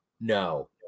No